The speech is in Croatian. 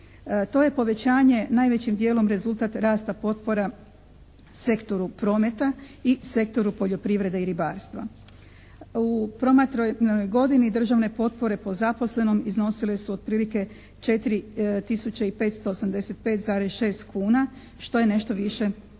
To je povećanje najvećim dijelom rezultat rasta potpora sektoru prometa i sektoru poljoprivrede i ribarstva. U promatranoj godini državne potpore po zaposlenom iznosile su otprilike 4 tisuće 585,6 kuna što je nešto više od